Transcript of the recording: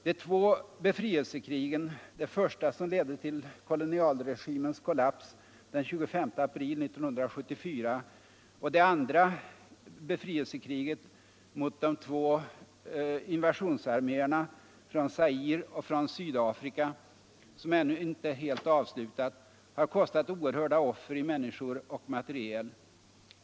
De två befrielsekrigen — det första som ledde till kolonialregimens kollaps den 25 april 1974, det andra befrielsekriget mot de två invasionsarméerna från Zaire och från Sydafrika som ännu inte är avslutat — har kostat oerhörda offer i människor och materiel.